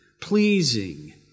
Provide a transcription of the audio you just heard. pleasing